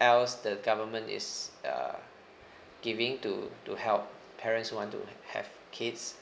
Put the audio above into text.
else the government is uh giving to to help parents who want to have kids